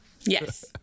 Yes